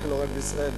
לא רק בישראל,